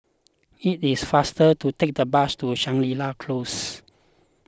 it is faster to take the bus to Shangri La Close